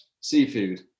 seafood